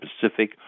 pacific